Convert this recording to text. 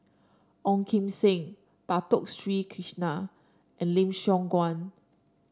Ong Kim Seng Dato Sri Krishna and Lim Siong Guan